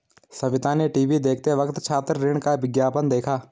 सविता ने टीवी देखते वक्त छात्र ऋण का विज्ञापन देखा